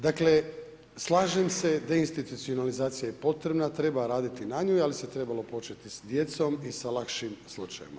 Dakle, slažem se, deinstitucionalizacija je potrebna raditi na njoj, ali se trebalo početi sa djecom i sa lakšim slučajevima.